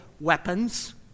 weapons